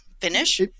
finish